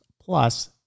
plus